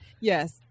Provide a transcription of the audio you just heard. Yes